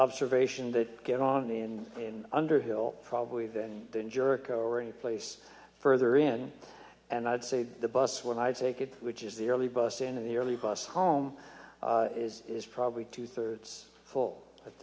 observation that get on me and in underhill probably then than jerko or any place further in and i'd say the bus when i take it which is the early bus into the early bus home is is probably two thirds full at